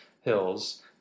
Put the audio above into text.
hills